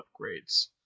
upgrades